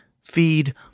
Feed